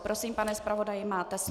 Prosím, pane zpravodaji, máte slovo.